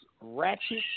ratchet